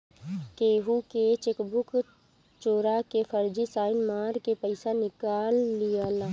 केहू के चेकबुक चोरा के फर्जी साइन मार के पईसा निकाल लियाला